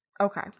Okay